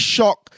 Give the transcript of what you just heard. Shock